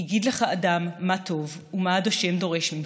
"הִגיד לך אדם מה טוב ומה ה' דורש ממך,